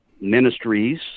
ministries